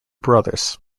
brothers